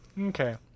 Okay